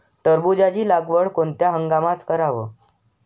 टरबूजाची लागवड कोनत्या हंगामात कराव?